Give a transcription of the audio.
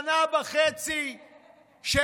שנה וחצי של